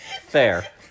Fair